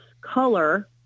color